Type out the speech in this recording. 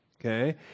okay